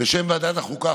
בשם ועדת החוקה,